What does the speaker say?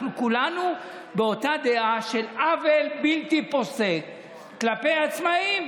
אנחנו כולנו באותה דעה של עוול בלתי פוסק כלפי העצמאים.